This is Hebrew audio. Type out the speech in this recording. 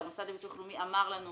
והמשרד לביטוח לאומי אמר לנו